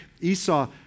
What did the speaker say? Esau